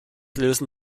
lösen